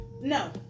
no